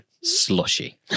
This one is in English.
slushy